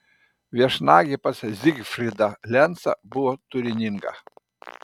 viešnagė pas zygfrydą lencą buvo turininga